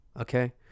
okay